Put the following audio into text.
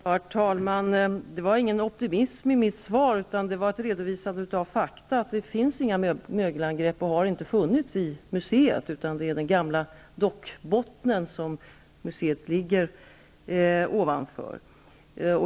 Herr talman! Det var ingen optimism i mitt svar. Det var ett redovisande av fakta. Det finns inget mögelangrepp, och det har inte funnits, i museet, utan mögelangreppen har förekommit i den gamla dockbottnen som museet lig ger ovanför.